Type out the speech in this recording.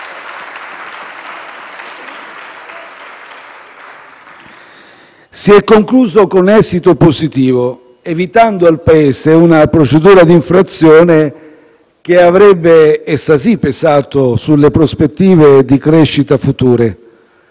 si è concluso con esito positivo, evitando al Paese una procedura di infrazione che avrebbe - essa sì - pesato sulle prospettive di crescita future.